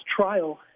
trial